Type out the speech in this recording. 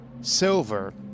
Silver